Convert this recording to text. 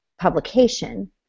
publication